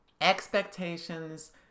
expectations